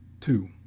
Two